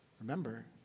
Remember